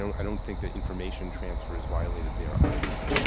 i don't think the information transfer is violated there either.